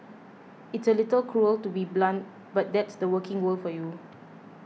it's a little cruel to be so blunt but that's the working world for you